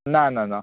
ना ना ना